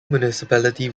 municipality